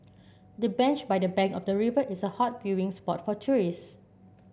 the bench by the bank of the river is a hot viewing spot for tourist